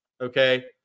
okay